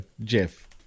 Jeff